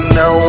no